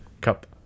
cup